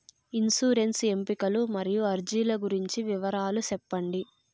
insurance ఎంపికలు మరియు అర్జీల గురించి వివరాలు సెప్పండి